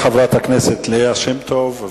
תודה לחברת הכנסת ליה שמטוב.